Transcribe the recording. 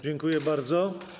Dziękuję bardzo.